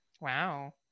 wow